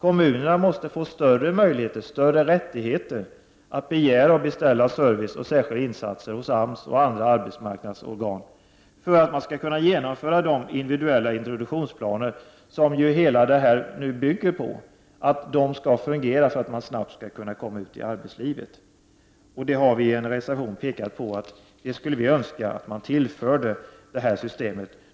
Kommunerna måste få större möjligheter och större rättigheter att begära och beställa service och särskilda insatser hos AMS och andra arbetsmarknadsorgan för att kunna genomföra de individuella introduktionsplaner som hela idén bygger på. De måste fungera så att invandrarna snabbt kommer ut i arbetslivet. Vi har i en reservation pekat på att vi skulle önska att man tillförde detta till det nya systemet.